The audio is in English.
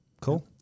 Cool